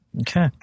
okay